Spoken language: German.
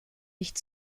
nicht